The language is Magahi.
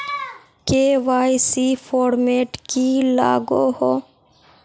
के.वाई.सी फॉर्मेट की लागोहो?